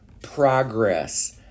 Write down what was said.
progress